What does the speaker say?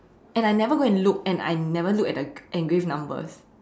and I never go and look and I never look at the engraved numbers